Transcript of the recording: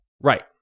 Right